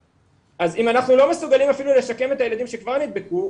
אז אם אנחנו לא מסוגלים אפילו לשקם את הילדים שכבר נדבקו,